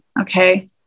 Okay